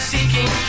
Seeking